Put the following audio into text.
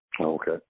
Okay